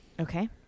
Okay